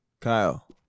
Kyle